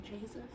Jesus